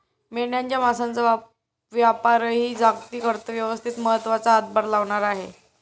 मेंढ्यांच्या मांसाचा व्यापारही जागतिक अर्थव्यवस्थेत महत्त्वाचा हातभार लावणारा आहे